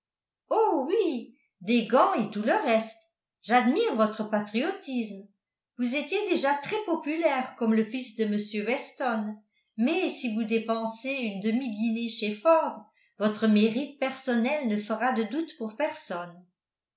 oh oui des gants et tout le reste j'admire votre patriotisme vous étiez déjà très populaire comme le fils de m weston mais si vous dépensez une demi guinée chez ford votre mérite personnel ne fera de doute pour personne